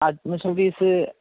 admission fees